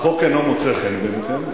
החוק אינו מוצא חן בעיניכם,